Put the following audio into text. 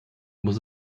muss